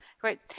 Great